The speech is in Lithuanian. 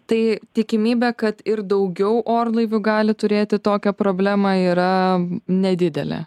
tai tikimybė kad ir daugiau orlaivių gali turėti tokią problemą yra nedidelė